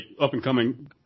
up-and-coming